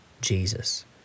Jesus